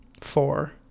Four